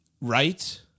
right